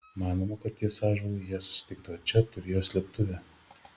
manoma kad ties tuo ąžuolu jie susitikdavo čia turėjo slėptuvę